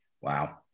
Wow